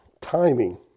timing